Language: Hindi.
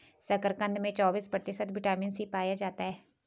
शकरकंद में चौबिस प्रतिशत विटामिन सी पाया जाता है